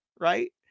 right